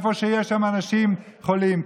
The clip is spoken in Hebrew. שיש שם אנשים חולים,